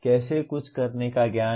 कैसे कुछ करने का ज्ञान है